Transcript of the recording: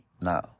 No